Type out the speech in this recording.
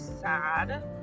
sad